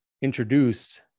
introduced